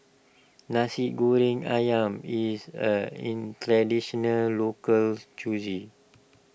Nasi Goreng Ayam is a in Traditional Local Cuisine